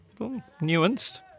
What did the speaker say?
Nuanced